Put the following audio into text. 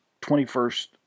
21st